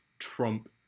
trump